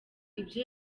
ibyo